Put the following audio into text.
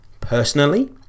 Personally